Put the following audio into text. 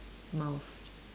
mouth